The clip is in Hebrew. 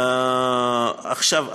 עכשיו,